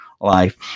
life